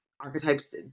archetypes